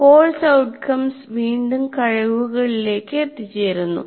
" course outcomes വീണ്ടും കഴിവുകളിലേക്ക് എത്തിച്ചേരുന്നു